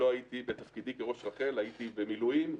הייתי במילואים,